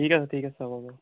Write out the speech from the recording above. ঠিক আছে ঠিক আছে হ'ব